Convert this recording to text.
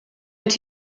mit